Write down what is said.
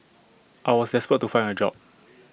I was desperate to find A job